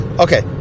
Okay